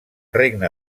regne